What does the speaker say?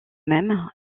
même